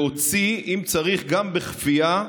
להוציא, אם צריך גם בכפייה,